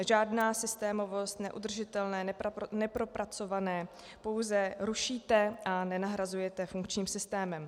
Žádná systémovost, neudržitelné, nepropracované, pouze rušíte a nenahrazujete funkčním systémem.